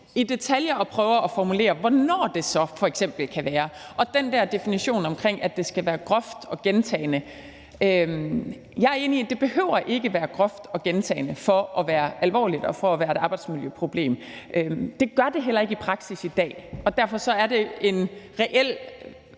i detaljer og prøver at formulere, hvornår det så f.eks. kan være. Med hensyn til den der definition omkring, at det skal være groft og gentagne gange, er jeg enig i, at det ikke behøver at være groft og gentagne gange for at være alvorligt og for at være et arbejdsmiljøproblem. Det gør det heller ikke i praksis i dag, og derfor er det en reel